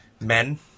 men